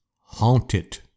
haunted